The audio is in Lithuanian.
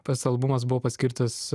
pats albumas buvo paskirtas